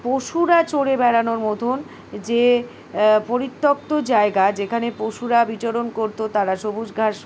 পশুরা চড়ে বেড়ানোর মতন যে পরিত্যক্ত জায়গা যেখানে পশুরা বিচরণ করতো তারা সবুজ ঘাস